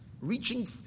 reaching